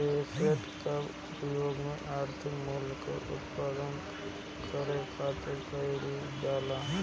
asset कअ उपयोग आर्थिक मूल्य उत्पन्न करे खातिर कईल जाला